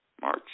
March